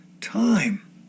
time